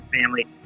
family